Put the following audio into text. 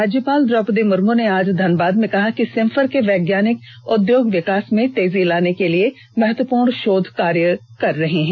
राज्यपाल द्रौपदी मुर्मू ने आज धनबाद में कहा कि सिम्फर के वैज्ञानिक औद्योगिक विकास में तेजी लाने के लिए महत्वपूर्ण शोधकार्य कर रहे हैं